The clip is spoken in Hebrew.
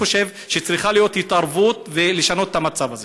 אני חושב שצריכה להיות התערבות ולשנות את המצב הזה.